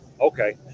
okay